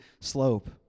slope